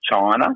China